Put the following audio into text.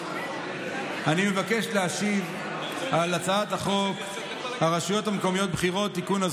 אני מבקש להשיב על הצעת חוק הרשויות המקומיות (בחירות) (תיקון,